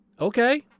Okay